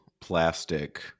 plastic